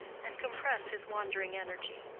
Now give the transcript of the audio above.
and compress his wandering energy.